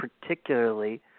particularly